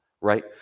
right